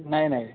नाही नाही